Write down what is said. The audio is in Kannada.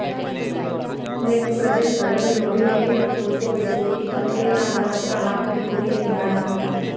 ನೆಟ್ ಪ್ರೆಸೆಂಟ್ ವ್ಯಾಲೂ ನೋಡಿನೆ ನಾವ್ ತಿಳ್ಕೋಬೇಕು ಈ ಕಂಪನಿ ನಾಗ್ ರೊಕ್ಕಾ ಹಾಕಬೇಕ ಎನ್ ಬ್ಯಾಡ್ ಅಂತ್